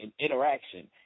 interaction